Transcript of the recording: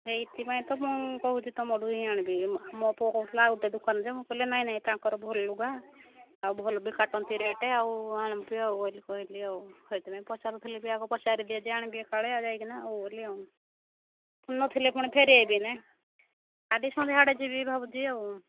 ସେଇଥିପାଇଁ ତ ମୁଁ କହୁଛି ତୁମଠୁ ହିଁ ଆଣିବି ମୋ ପୁଅ କହୁଥିଲା ଆଉ ଗୋଟେ ଦୋକାନ ଯେ ମୁଁ କହିଲି ନାଇଁ ନାଇଁ ତାଙ୍କର ଭଲ ଲୁଗା ଆଉ ଭଲ ବି କାଟନ୍ତି ରେଟ୍ ଆଉ ଆଣିବି ଆଉ ବୋଲି କହିଲି ଆଉ ସେଇଥିପାଇଁ ପଚାରୁଥିଲି ବି ଆଗକୁ ପଚାରିଦିଏ ଯେ ଆଣିବି କାଳେ ଆଉ ଯାଇକିନା ଆଉ ବୋଲି ଆଉ ନଥିଲେ ପୁଣି ଫେରେ ଆଇବି ନା ଆଜି ସନ୍ଧ୍ୟା ଆଡ଼େ ଯିବି ଭାବୁଛି ଆଉ